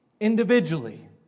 individually